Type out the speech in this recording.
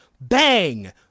Bang